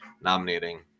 nominating